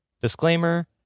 Disclaimer